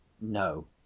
No